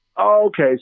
Okay